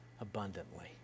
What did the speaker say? abundantly